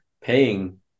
paying